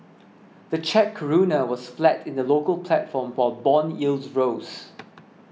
the Czech Koruna was flat in the local platform while bond yields rose